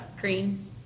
Green